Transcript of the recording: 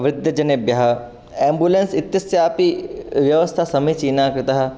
वृद्धजनेभ्यः ambulance इत्यस्यापि व्यवस्था समीचीना कृता